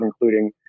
including